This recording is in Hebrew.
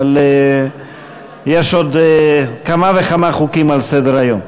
אבל יש עוד כמה וכמה חוקים על סדר-היום.